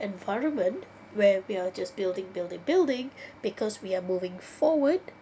environment where we are just building building building because we are moving forward